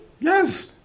Yes